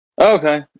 Okay